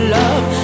love